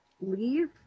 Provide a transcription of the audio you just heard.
leave